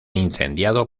incendiado